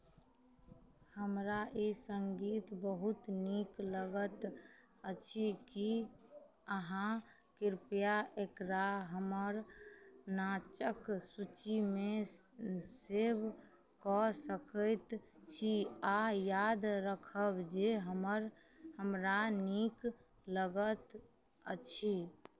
हमरा ई सङ्गीत बहुत नीक लगैत अछि की अहाँ कृपया एकरा हमर नाँचक सूचीमे सेभ कऽ सकैत छी आ याद राखब जे हमर हमरा नीक लगैत अछि